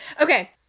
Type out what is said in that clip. Okay